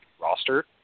roster